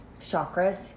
Chakras